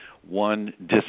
one